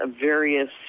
various